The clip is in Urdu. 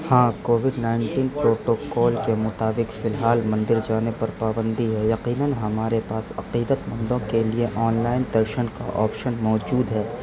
ہاں کووٹ نائنٹین پروٹوکول کے مطابق فی الحال مندر جانے پر پابندی ہے یقیناً ہمارے پاس عقیدتمندوں کے لیے آن لائن درشن کا آپشن موجود ہے